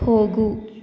ಹೋಗು